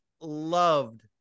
loved